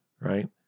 right